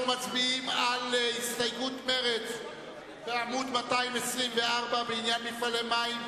אנחנו מצביעים על הסתייגות מרצ בעמוד 224 בעניין מפעלי מים,